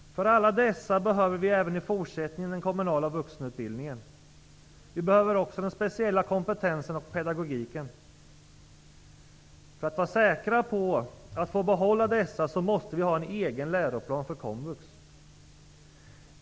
För alla dessa människor behövs den kommunala vuxenutbildningen även i fortsättning. Också den speciella kompetensen och pedagogiken behövs. För att vi skall kunna vara säkra på att få behålla det här måste det finnas en egen läroplan för komvux.